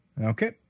Okay